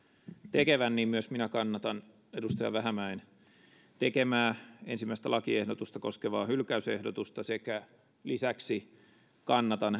tekevän myös minä kannatan edustaja vähämäen tekemää ensimmäistä lakiehdotusta koskevaa hylkäysehdotusta sekä lisäksi kannatan